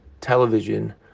television